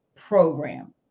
program